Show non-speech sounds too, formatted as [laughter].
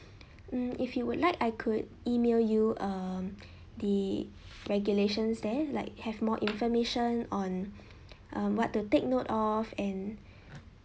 mm if you would like I could email you um the regulations there like have more information on [breath] um what to take note of and